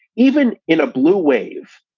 even in a blue wave,